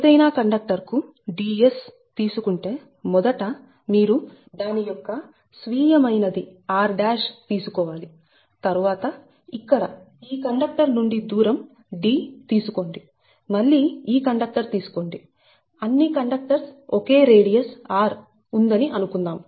ఏదైనా కండక్టర్ కు Ds తీసుకుంటే మొదట మీరు దాని యొక్క స్వీయమైనది r తీసుకోవాలి తరువాత ఇక్కడ ఈ కండక్టర్ నుండి దూరం d తీసుకోండి మళ్ళీ ఈ కండక్టర్ తీసుకోండి అన్ని కండక్టర్స్ ఒకే రేడియస్ r ఉందని అనుకుందాం